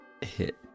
hit